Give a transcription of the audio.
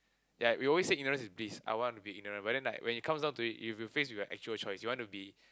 ya we always say ignorance is bliss I want to be ignorant but then like when you comes down to it if you face with a actual choice you wanna be